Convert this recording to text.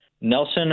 Nelson